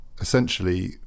essentially